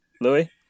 Louis